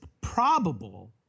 probable